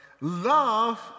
love